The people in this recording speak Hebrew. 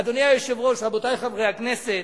אדוני היושב-ראש, רבותי חברי הכנסת,